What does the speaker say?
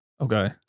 Okay